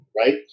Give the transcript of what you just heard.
Right